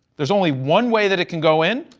there's only one way that it can go in.